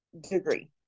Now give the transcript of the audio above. degree